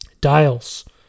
Dials